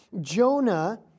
Jonah